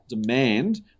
demand